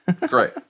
Great